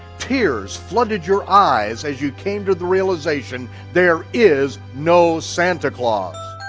tears flooded your eyes as you came to the realization there is no santa claus.